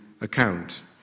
account